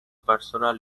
personal